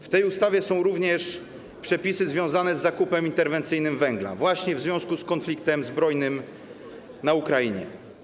W tej ustawie są również przepisy związane z zakupem interwencyjnym węgla właśnie w związku z konfliktem zbrojnym na Ukrainie.